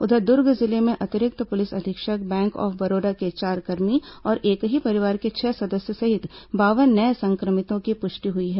उधर दुर्ग जिले में अतिरिक्त पुलिस अधीक्षक बैंक ऑफ बड़ौदा के चार कर्मी और एक ही परिवार के छह सदस्य सहित बावन नये संक्रमितों की पुष्टि हुई है